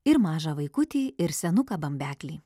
ir mažą vaikutį ir senuką bambeklį